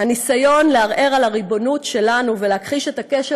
הניסיון לערער על הריבונות שלנו ולהכחיש את הקשר